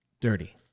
dirty